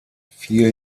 vier